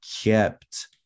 kept